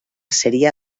seria